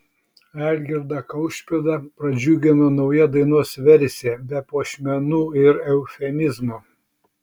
algirdą kaušpėdą pradžiugino nauja dainos versija be puošmenų ir eufemizmų